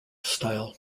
style